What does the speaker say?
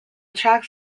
tracks